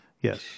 Yes